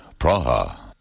Praha